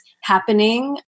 happening